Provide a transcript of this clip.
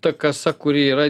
ta kasa kuri yra